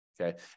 okay